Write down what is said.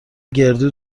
گردو